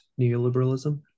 neoliberalism